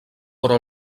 però